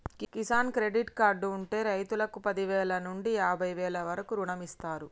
Kisan credit card ఉంటె రైతుకు పదివేల నుండి యాభై వేల వరకు రుణమిస్తారు